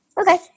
okay